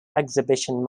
exhibition